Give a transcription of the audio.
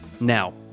Now